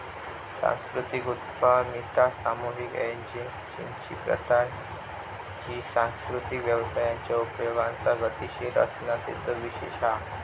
सांस्कृतिक उद्यमिता सामुहिक एजेंसिंची प्रथा हा जी सांस्कृतिक व्यवसायांच्या उपायांचा गतीशील असणा तेचो विशेष हा